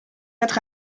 être